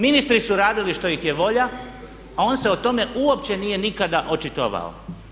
Ministri su radili što ih je volja a on se o tome uopće nije nikada očitovao.